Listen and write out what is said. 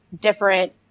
different